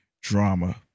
Drama